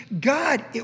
God